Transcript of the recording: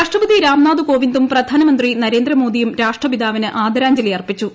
രാഷ്ട്രപതി രാംനാഥ് കോവിന്ദും പ്രധാനമന്ത്രി നരേന്ദ്രമോദിയും രാഷ്ട്രപി താവിന് ആദരാഞ്ജലി അർപ്പിച്ചു